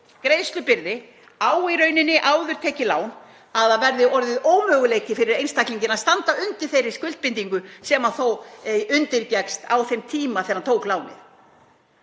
greiðslubyrði á áður tekið lán að það verði ómögulegt fyrir einstaklinginn að standa undir þeirri skuldbindingu sem hann þó undirgekkst á þeim tíma þegar hann tók lánið.